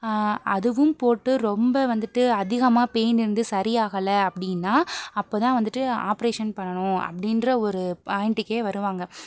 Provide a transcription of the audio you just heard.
அதுவும் போட்டு ரொம்ப வந்துட்டு அதிகமாக பெயின் இருந்து சரியாகல அப்படீனா அப்பதான் வந்துட்டு ஆப்பரேஷன் பண்ணணும் அப்படீன்ற ஒரு பாயிண்ட்டுக்கே வருவாங்க